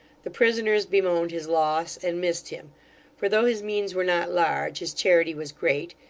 the prisoners bemoaned his loss, and missed him for though his means were not large, his charity was great,